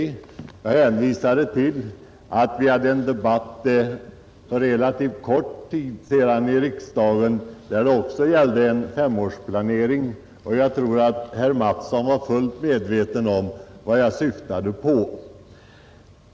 Jag hänvisade till att vi hade en debatt i riksdagen för relativt kort tid sedan där det också gällde en femårsplanering, och jag tror att herr Mattsson i Lane-Herrestad var fullt medveten om vad jag syftade på.